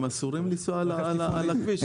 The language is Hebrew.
אסורים לנסיעה על הכביש.